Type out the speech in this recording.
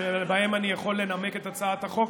שבהן אני יכול לנמק את הצעת החוק,